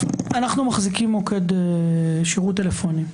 אנחנו מחזיקים שירות טלפוני.